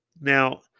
Now